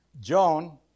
Joan